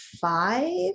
five